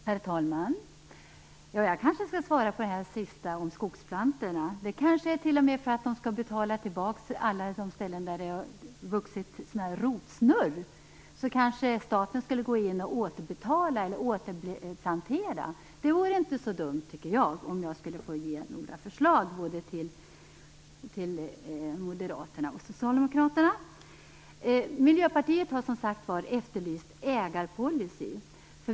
Herr talman! Jag kanske skall svara på frågan om skogsplantorna. Syftet kanske t.o.m. är att staten skall betala tillbaka för de ställen där det har vuxit rotsnurr. Staten kanske skall gå in och återplantera. Det vore inte så dumt, om jag får ge ett förslag till Moderaterna och Socialdemokraterna. Miljöpartiet har efterlyst en ägarpolicy.